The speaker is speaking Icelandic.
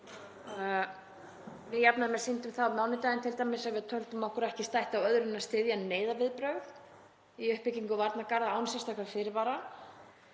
Við jafnaðarmenn sýndum það á mánudaginn t.d. að við töldum okkur ekki stætt á öðru en að styðja neyðarviðbrögð í uppbyggingu varnargarða án sérstakra fyrirvara.